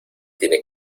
tiene